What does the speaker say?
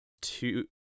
two